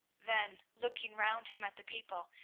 then, looking round him at the people,